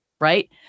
right